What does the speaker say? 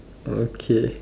okay